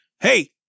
hey